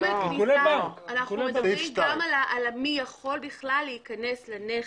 אנחנו מדברים גם על מי יכול בכלל להיכנס לנכס.